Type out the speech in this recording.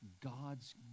God's